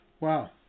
Wow